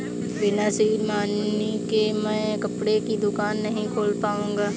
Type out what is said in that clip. बिना seed money के मैं कपड़े की दुकान नही खोल पाऊंगा